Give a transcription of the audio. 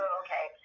okay